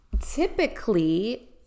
typically